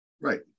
right